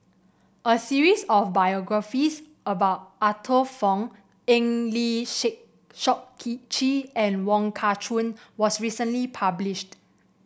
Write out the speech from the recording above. a series of biographies about Arthur Fong Eng Lee Shake Seok Chee and Wong Kah Chun was recently published